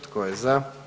Tko je za?